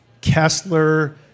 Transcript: Kessler